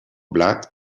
blat